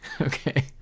Okay